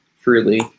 truly